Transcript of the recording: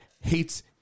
hates